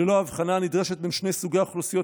ללא ההבחנה הנדרשת בין שני סוגי האוכלוסיות,